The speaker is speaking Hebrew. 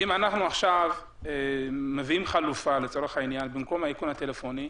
אם עכשיו נביא חלופה, לצורך העניין,